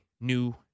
New